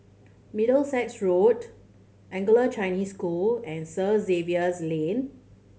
Middlesex Road Anglo Chinese School and Third Xavier's Lane